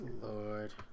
Lord